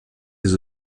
les